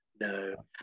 No